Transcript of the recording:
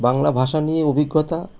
বাংলা ভাষা নিয়ে অভিজ্ঞতা